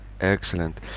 Excellent